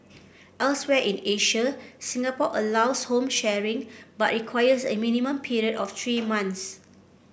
elsewhere in Asia Singapore allows home sharing but requires a minimum period of three months